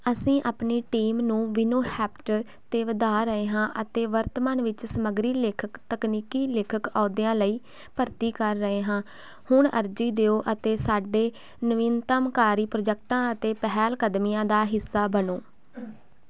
ਅਸੀਂ ਆਪਣੀ ਟੀਮ ਨੂੰ ਵਿਨੋਹੇਬਟਰ 'ਤੇ ਵਧਾ ਰਹੇ ਹਾਂ ਅਤੇ ਵਰਤਮਾਨ ਵਿੱਚ ਸਮੱਗਰੀ ਲੇਖਕ ਤਕਨੀਕੀ ਲੇਖਕ ਅਹੁਦਿਆਂ ਲਈ ਭਰਤੀ ਕਰ ਰਹੇ ਹਾਂ ਹੁਣ ਅਰਜ਼ੀ ਦਿਓ ਅਤੇ ਸਾਡੇ ਨਵੀਨਤਮਕਾਰੀ ਪ੍ਰੋਜੈਕਟਾਂ ਅਤੇ ਪਹਿਲਕਦਮੀਆਂ ਦਾ ਹਿੱਸਾ ਬਣੋ